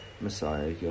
Messiah